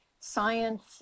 science